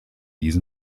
these